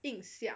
影响